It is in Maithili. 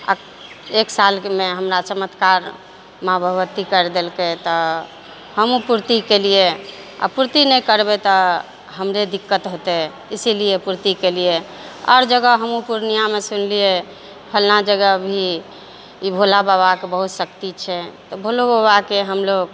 आ एक सालमे हमरा चमत्कार माँ भगवती करि देलकै तऽ हमहूँ पूर्ति केलियै आ पूर्ति नहि करबै तऽ हमरे दिक्कत होतै इसीलिए पूर्ति केलियै आओर जगह हमहूँ पूर्णियाँमे सुनलियै फलना जगह भी ई भोला बाबाके बहुत शक्ति छै तऽ भोलो बाबाकेँ हमलोग